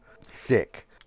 sick